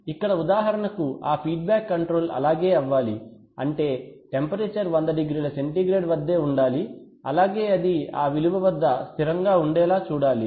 ఇక్కడ ఉదాహరణకు ఆ ఫీడ్బ్యాక్ కంట్రోల్ అలాగే అవ్వాలి అంటే టెంపరేచర్ 100 డిగ్రీల సెంటిగ్రేడ్ వద్దే ఉండాలి అలాగే అది ఆ విలువ వద్ద స్థిరంగా ఉండేలా చూడాలి